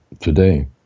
today